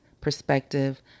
perspective